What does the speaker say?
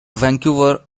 vancouver